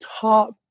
top